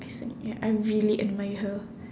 I think ya I really admire her